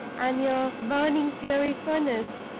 and your burning fiery furnace!